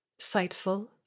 Sightful